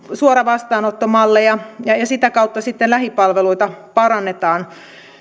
suora vastaanotto malleja ja ja sitä kautta sitten lähipalveluita parannetaan